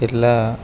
કેટલા